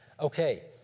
Okay